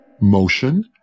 motion